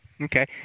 Okay